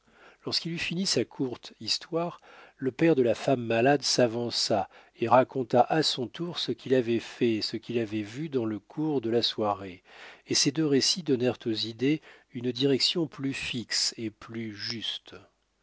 lorsqu'il eut fini sa courte histoire le père de la femme malade s'avança et raconta à son tour ce qu'il avait fait et ce qu'il avait vu dans le cours de la soirée et ces deux récits donnèrent aux idées une direction plus fixe et plus juste